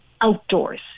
outdoors